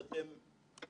הוא עוד לא פורסם.